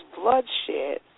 bloodshed